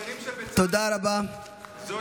מירב, את יודעת מה התשובה?